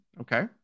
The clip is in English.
Okay